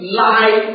lie